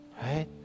right